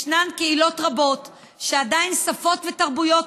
ישנן קהילות רבות שעדיין שפות ותרבויות